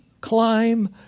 climb